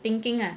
thinking ah